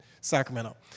Sacramento